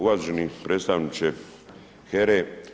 Uvaženi predstavniče HERA-e.